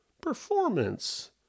Performance